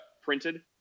printed